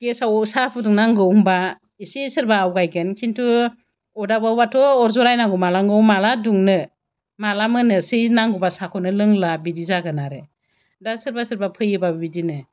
गेसआव साहा फुदुंनांगौ होनबा एसे सोरबा आवगायगोन किन्तु अरदाबावबाथ' अर जलायनांगौ मा नांगौ माला दुंनो माला मोननोसै नांगौबा साहाखौनो लोंला बिदि जागोन आरो दा सोरबा सोरबा फैयोबा बिदिनो